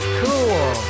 cool